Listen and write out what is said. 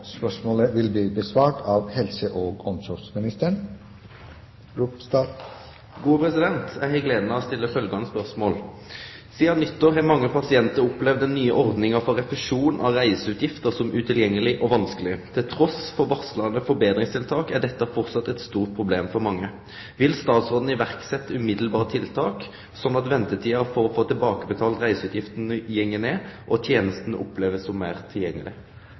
har den gleda å stille følgjande spørsmål: «Siden nyttår har mange pasienter opplevd den nye ordningen for refusjon av reiseutgifter som utilgjengelig og vanskelig. Til tross for varslede forbedringstiltak er dette fortsatt et stort problem for mange. Vil statsråden iverksette umiddelbare tiltak, slik at ventetiden for å få tilbakebetalt reiseutgiftene går ned, og tjenesten oppleves mer tilgjengelig?»